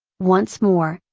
once more,